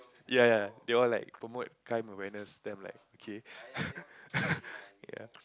ya ya they were like promote kind awareness then I'm like okay ya